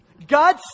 God